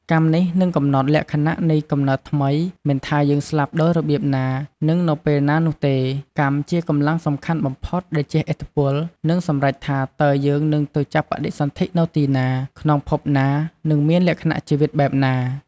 កម្មនេះនឹងកំណត់លក្ខណៈនៃកំណើតថ្មី មិនថាយើងស្លាប់ដោយរបៀបណា និងនៅពេលណានោះទេ កម្មជាកម្លាំងសំខាន់បំផុតដែលជះឥទ្ធិពល និងសម្រេចថា តើយើងនឹងទៅចាប់បដិសន្ធិនៅទីណា ក្នុងភពណានិងមានលក្ខណៈជីវិតបែបណា។